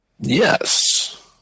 Yes